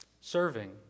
serving